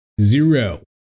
zero